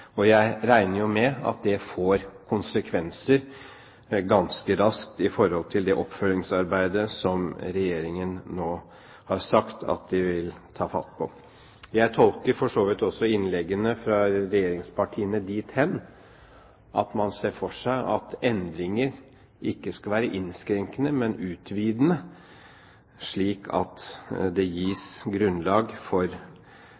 og jeg regner med at det får konsekvenser ganske raskt når det gjelder oppfølgingsarbeidet som Regjeringen nå har sagt de vil ta fatt på. Jeg tolker for så vidt også innleggene fra regjeringspartiene dit hen at man ser for seg at endringer ikke skal være innskrenkende, men utvidende, slik at det gis grunnlag for